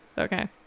okay